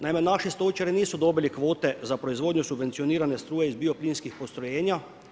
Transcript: Naime, naši stočari, nisu dobili kvote za proizvodnju subvencionirane struje iz bio plinskih postrojenja.